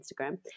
Instagram